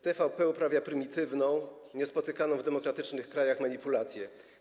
TVP uprawia prymitywną, niespotykaną w demokratycznych krajach manipulację.